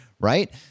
right